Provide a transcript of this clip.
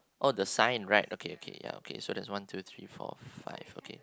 oh the sign right okay okay ya okay so there's one two three four five okay